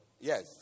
Yes